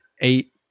eight